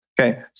Okay